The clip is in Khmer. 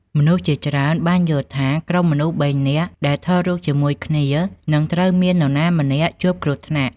មនុស្សជាច្រើនបានយល់ថា ក្រុមមនុស្សបីនាក់ដែលថតរូបជាមួយគ្នានឹងត្រូវមាននរណាម្នាក់ជួបគ្រោះថ្នាក់។